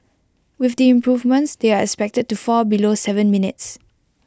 with the improvements they are expected to fall below Seven minutes